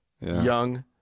Young